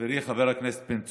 חברי חבר הכנסת בן צור,